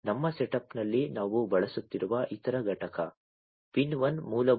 ನಮ್ಮ ಸೆಟಪ್ನಲ್ಲಿ ನಾವು ಬಳಸುತ್ತಿರುವ ಇತರ ಘಟಕ ಪಿನ್ 1 ಮೂಲಭೂತವಾಗಿ 3